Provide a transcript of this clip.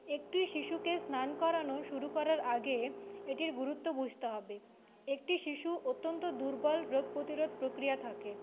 একটি শিশুকে স্নান করানো শুরু করার আগে এটির গুরুত্ব বুঝতে হবে একটি শিশু অত্যন্ত দুর্বল রোগ প্রতিরোধ প্রক্রিয়া থাকে